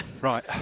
Right